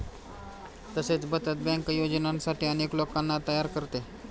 तसेच बचत बँक योजनांसाठी अनेक लोकांना तयार करते